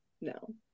No